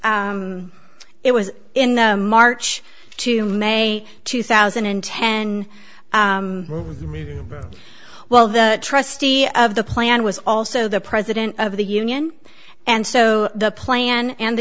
it was in the march to may two thousand and ten while the trustee of the plan was also the president of the union and so the plan and the